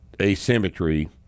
asymmetry